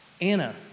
Anna